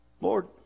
Lord